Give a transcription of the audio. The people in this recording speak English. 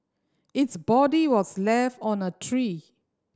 its body was left on a tree